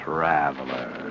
Traveler